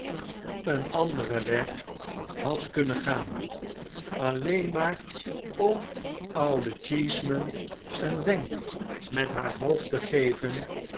schooljongen anderen weg had kunnen gaan allien maar om ouden cheeseman een wenk met haar hoofd te geven